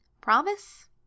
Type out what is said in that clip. Promise